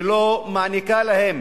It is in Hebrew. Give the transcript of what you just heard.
שלא מעניקה להם